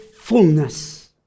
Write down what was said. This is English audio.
fullness